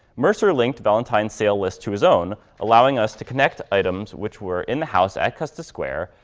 mercer linked valentine sale list to his own, allowing us to connect items which were in the house at custis square,